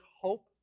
hope